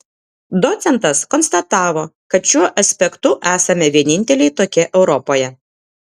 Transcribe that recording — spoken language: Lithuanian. docentas konstatavo kad šiuo aspektu esame vieninteliai tokie europoje